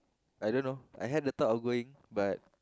I dunno I had the thought of going but